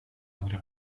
några